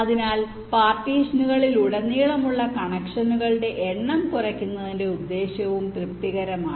അതിനാൽ പാർട്ടീഷനുകളിലുടനീളമുള്ള കണക്ഷനുകളുടെ എണ്ണം കുറയ്ക്കുന്നതിന്റെ ഉദ്ദേശ്യവും തൃപ്തികരമാണ്